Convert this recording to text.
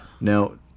Now